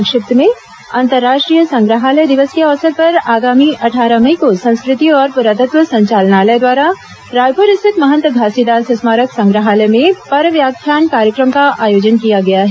संक्षिप्त समाचार अंतर्राष्ट्रीय संग्रहालय दिवस के अवसर पर आगामी अट्ठारह मई को संस्कृति और पुरातत्व संचालनालय द्वारा रायपुर स्थित महंत घासीदास स्मारक संग्रहालय में पर व्याख्यान कार्यक्रम का आयोजन किया गया है